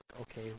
Okay